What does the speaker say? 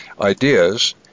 ideas